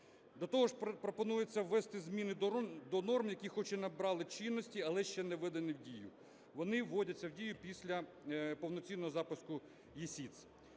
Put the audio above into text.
До того ж пропонується ввести зміни до норм, які хоч і набрали чинності, але ще не введені в дію. Вони вводяться в дію після повноцінного запуску ЄСІТС.